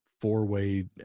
four-way